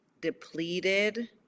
depleted